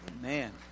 man